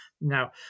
Now